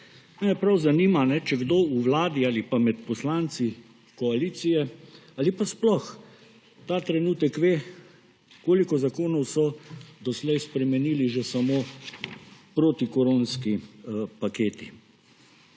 kajne, če kdo v Vladi ali pa med poslanci koalicije ali pa sploh ta trenutek ve, koliko zakonov so doslej spremenili že samo protikoronski paketi.